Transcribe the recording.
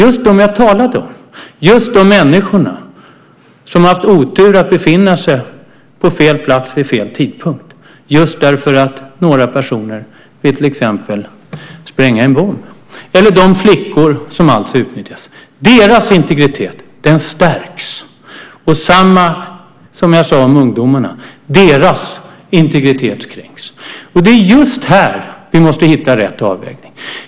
Det är just de människor som vi har talat om, de som har haft oturen att befinna sig på fel plats vid fel tidpunkt just därför att några personer till exempel vill spränga en bomb eller de flickor som utnyttjas. Deras integritet stärks. Det är samma sak som jag sade om ungdomarna: Deras integritet stärks. Det är just här vi måste hitta rätt avvägning.